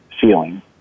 feeling